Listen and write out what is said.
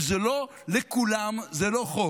אם זה לא לכולם, זה לא חוק.